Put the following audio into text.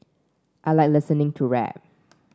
I like listening to rap